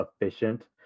efficient